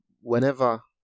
whenever